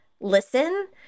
listen